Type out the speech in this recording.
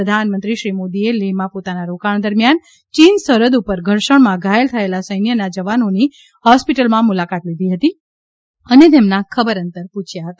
પ્રધાનમંત્રી શ્રી મોદીએ લેહમાં પોતાના રોકાણ દરમિયાન ચીન સરહદ ઉપર ઘર્ષણમાં ઘાયલ થયેલા સૈન્યના જવાનોની હોસ્પિટલમાં મુલાકાત લીધી હતી અને તેમના ખબર અંતર પૂછ્યા હતા